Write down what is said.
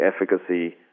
efficacy